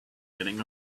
getting